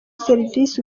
serivisi